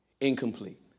incomplete